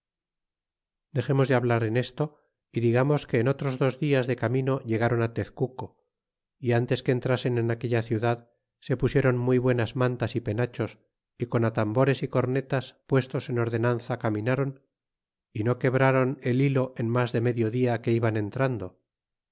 dexemos de hab lar en esto y digamos que en otros dos dias de camino llegaron á tezcuco y ntes que entrasen en aquella ciudad se pusieron muy buenas mantas y penachos y con a tambores y cornetas puestos en ordenanza caminaron y no quebraron el hilo en mas de medio dia que iban entrando